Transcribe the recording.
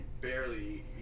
barely